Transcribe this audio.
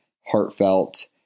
heartfelt